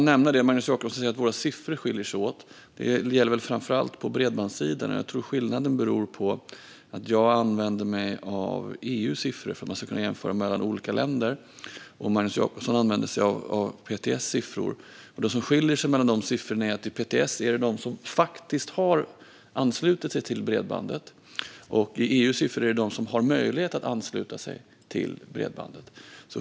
Magnus Jacobsson säger att våra siffror skiljer sig åt. Det gäller framför allt på bredbandssidan. Jag tror att skillnaden beror på att jag använder mig av EU:s siffror, som är till för att man ska kunna jämföra mellan olika länder, och Magnus Jacobsson använder sig av siffror från PTS. Skillnaden mellan siffrorna beror på att PTS siffror avser dem som faktiskt har anslutit sig till bredband, medan EU:s siffror avser dem som har möjlighet att ansluta sig.